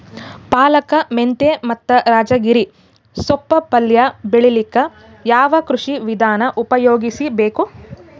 ಪಾಲಕ, ಮೆಂತ್ಯ ಮತ್ತ ರಾಜಗಿರಿ ತೊಪ್ಲ ಪಲ್ಯ ಬೆಳಿಲಿಕ ಯಾವ ಕೃಷಿ ವಿಧಾನ ಉಪಯೋಗಿಸಿ ಬೇಕು?